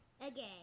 Again